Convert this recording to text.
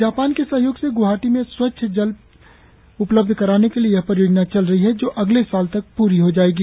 Japan के सहयोग से ग्वाहाटी में स्वच्छ जल उपलब्ध कराने के लिए यह परियोजना चल रही है जो अगले साल तक पूरी हो जायेगी